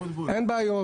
אין בעיה.